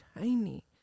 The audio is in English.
tiny